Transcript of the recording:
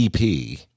EP